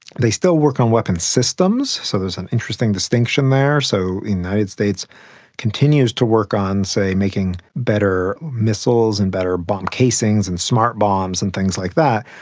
they still work on weapons systems. so there's an interesting distinction there. so the united states continues to work on, say, making better missiles and better bomb casings and smart bombs and things like that,